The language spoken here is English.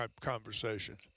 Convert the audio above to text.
conversation